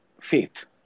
faith